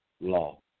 law